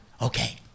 Okay